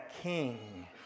king